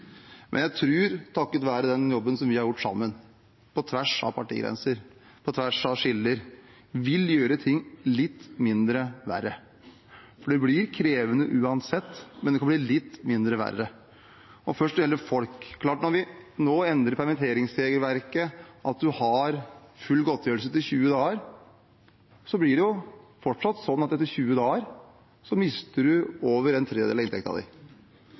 vi har gjort sammen, på tvers av partigrenser, på tvers av skiller, vil gjøre ting litt mindre ille. Det blir krevende uansett, men det blir litt mindre ille. Først når det gjelder folk: Det er klart at når vi endrer permitteringsregelverket, at man får full godtgjørelse i 20 dager, er det fortsatt sånn at etter 20 dager mister man over en tredjedel av inntekten sin. Veldig krevende. Mange mister også mer, for det er et tak på 6G. Det blir tøft for mange når de